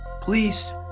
Please